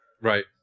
right